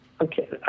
Okay